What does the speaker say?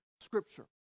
Scripture